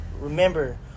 Remember